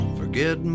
forget